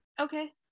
Okay